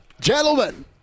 Gentlemen